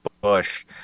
Bush